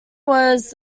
was